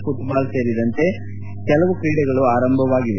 football ಸೇರಿದಂತೆ ಕೆಲವು ಕ್ರೀಡೆಗಳು ಆರಂಭವಾಗಿವೆ